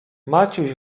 maciuś